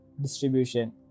distribution